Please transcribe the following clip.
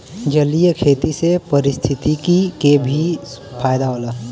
जलीय खेती से पारिस्थितिकी के भी फायदा होला